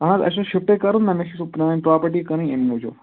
اَہَن حظ اَسہِ چھُ شِفٹے کٔرُن نا مےٚ چھُ سُہ پرٲنۍ پرٛاپرٹی کٕنٕنۍ اَمہِ موٗجوٗب